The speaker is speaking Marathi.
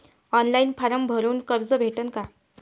ऑनलाईन फारम भरून कर्ज भेटन का?